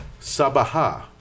Sabaha